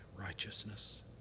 righteousness